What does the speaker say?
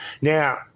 Now